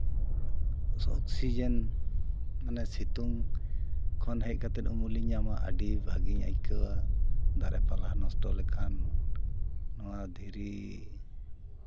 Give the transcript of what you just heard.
ᱚᱠᱥᱤᱦᱮᱱ ᱢᱟᱱᱮ ᱥᱤᱛᱩᱝ ᱠᱷᱚᱱ ᱦᱮᱡ ᱠᱟᱛᱮᱫ ᱩᱢᱩᱞᱤᱧ ᱧᱟᱢᱟ ᱟᱹᱰᱤ ᱵᱷᱟᱹᱜᱤᱧ ᱟᱹᱭᱠᱟᱹᱣᱟ ᱫᱟᱨᱮ ᱯᱟᱞᱦᱟ ᱱᱚᱥᱴᱚ ᱞᱮᱱᱠᱷᱟᱱ ᱱᱚᱣᱟ ᱫᱷᱤᱨᱤ